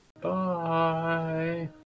Bye